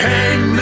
Hey